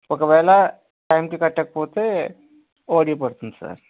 ఒకవేళ టైమ్కి కట్టకపోతే ఓడి పడుతుంది సార్